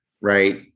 right